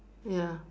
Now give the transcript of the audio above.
ya